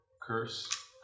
curse